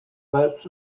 less